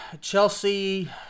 Chelsea